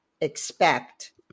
expect